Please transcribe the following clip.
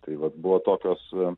tai vat buvo tokios va